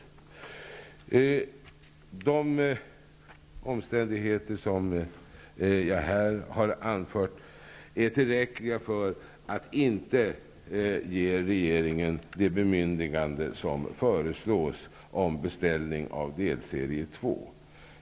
De omständigheter som jag här har anfört är tillräckliga för att inte ge regeringen det bemyndigande som föreslås om beställning av delserie 2.